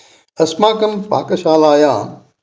अस्माकं पाकशालायां